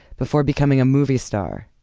before becoming a movie star,